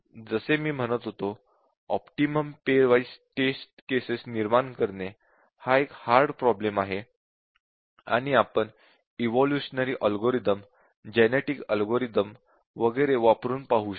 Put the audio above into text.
जसे मी म्हणत होतो optimum pairwise test cases निर्माण करणे हा एक हार्ड प्रोब्लेम आहे आणि आपण ईवोलूशनेरी अल्गोरिदम जेनेटिक अल्गोरिदम वगैरे वापरून पाहू शकतो